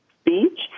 speech